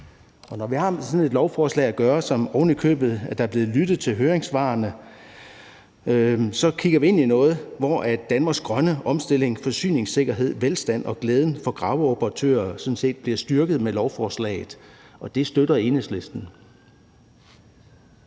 med sådan et lovforslag at gøre, hvor der ovenikøbet er blevet lyttet til høringssvarene, så kigger vi ind i noget, hvor Danmarks grønne omstilling, forsyningssikkerhed, velstand og glæden for graveoperatører sådan set bliver styrket med lovforslaget – og det støtter Enhedslisten.